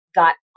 got